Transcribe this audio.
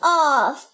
off